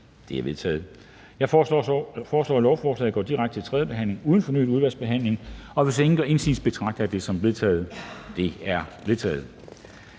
De er vedtaget. Jeg foreslår, at lovforslaget går direkte til tredje behandling uden fornyet udvalgsbehandling. Hvis ingen gør indsigelse, betragter jeg det som vedtaget. Det er vedtaget.